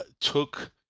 took